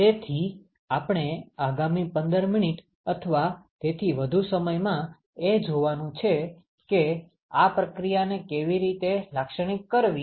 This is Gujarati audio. તેથી આપણે આગામી 15 મિનિટ અથવા તેથી વધુ સમયમાં એ જોવાનું છે કે આ પ્રક્રિયાને કેવી રીતે લાક્ષણિક કરવી